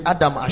Adam